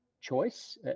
choice